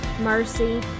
mercy